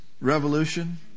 revolution